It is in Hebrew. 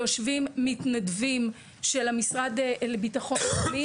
יושבים מתנגדים של המשרד לאומי,